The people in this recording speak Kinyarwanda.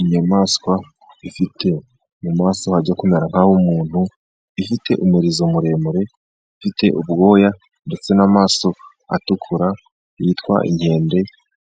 Inyamaswa ifite mu maso hajya kumera nk'ah'umuntu , ifite umurizo muremure, ifite ubwoya ndetse n'amaso atukura, yitwa inkende .